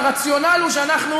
הרציונל הוא שאנחנו